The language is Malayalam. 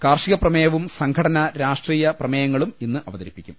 കാർഷിക പ്രമേയവും സംഘടന രാഷ്ട്രീയ പ്രമേയങ്ങളും ഇന്ന് അവതരിപ്പിക്കും